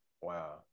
Wow